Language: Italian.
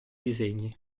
disegni